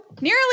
Nearly